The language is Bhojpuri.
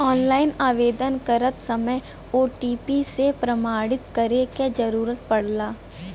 ऑनलाइन आवेदन करत समय ओ.टी.पी से प्रमाणित करे क जरुरत पड़ला